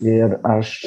ir aš